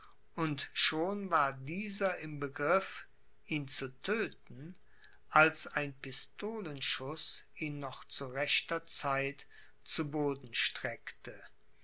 und schon war dieser im begriff ihn zu tödten als ein pistolenschuß ihn noch zu rechter zeit zu boden streckte